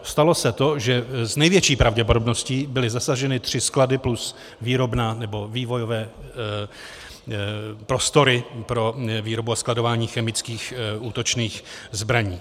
Stalo se to, že s největší pravděpodobností byly zasaženy tři sklady plus výrobna nebo vývojové prostory pro výrobu a skladování chemických útočných zbraní.